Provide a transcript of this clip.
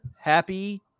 happy